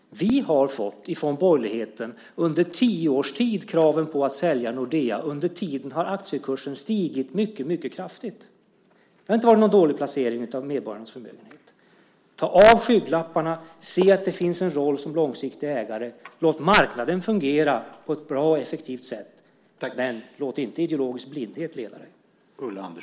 Vi har från borgerligheten under tio års tid fått kraven på att sälja Nordea. Under tiden har aktiekursen stigit mycket kraftigt. Det har inte varit någon dålig placering av medborgarnas förmögenhet. Ta av skygglapparna! Se att det finns en roll som långsiktig ägare! Låt marknaden fungera på ett bra och effektivt sätt, men låt inte ideologisk blindhet leda er.